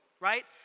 right